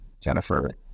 Jennifer